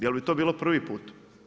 Jel bi to bilo prvi put?